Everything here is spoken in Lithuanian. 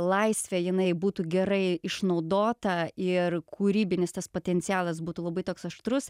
laisvė jinai būtų gerai išnaudota ir kūrybinis tas potencialas būtų labai toks aštrus